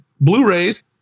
Blu-rays